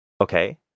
Okay